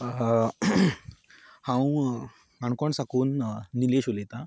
हांव काणकोण साकून निलेश उलयतां